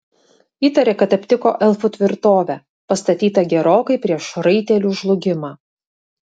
įtarė kad aptiko elfų tvirtovę pastatytą gerokai prieš raitelių žlugimą